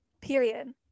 Period